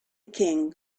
king